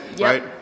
right